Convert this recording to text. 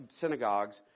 synagogues